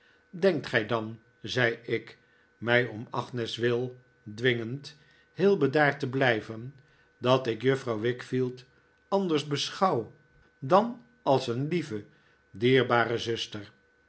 denkt gij dan zei ik mij om agnes wil dwingend heel bedaard te blijven dat ik juffrouw wickfield anders beschouw dan als een lieve dierbare zuster